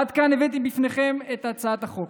עד כאן הבאתי בפניכם את הצעת החוק